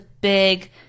big